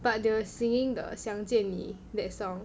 but they were singing the 相见你 that song